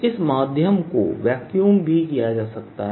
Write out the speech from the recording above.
इस माध्यम को वेक्यूम भी किया जा सकता है